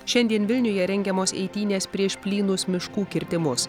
šiandien vilniuje rengiamos eitynės prieš plynus miškų kirtimus